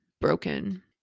broken